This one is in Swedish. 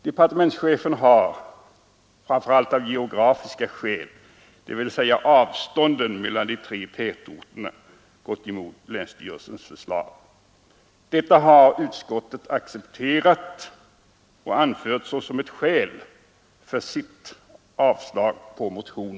Departementschefen har framför allt av geografiska skäl, dvs. avstånden mellan de tre tätorterna, gått emot länsstyrelsens förslag. Detta har utskottet accepterat och anfört såsom ett motiv för sitt avstyrkande av vår motion.